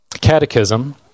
catechism